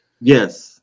Yes